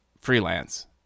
freelance